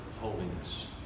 holiness